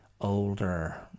older